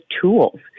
tools